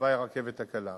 תוואי רכבת הקלה.